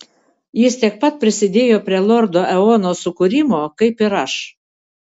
jis tiek pat prisidėjo prie lordo eono sukūrimo kaip ir aš